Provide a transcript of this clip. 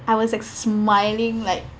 I was like smiling like